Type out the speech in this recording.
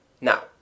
Now